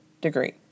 degree